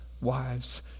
wives